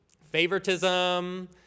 Favoritism